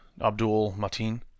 Abdul-Mateen